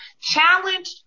challenged